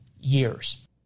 years